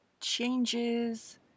changes